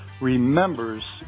remembers